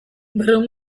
berrehun